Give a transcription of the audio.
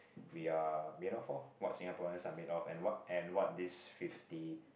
we are made of orh what Singaporeans are made of and what and what this fifty